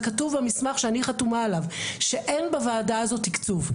וכתוב במסמך שאני חתומה עליו שאין בוועדה הזאת תיקצוב.